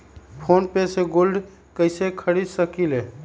Phone पे से gold कईसे खरीद सकीले?